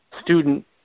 student